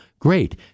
Great